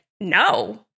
no